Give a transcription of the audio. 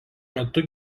metu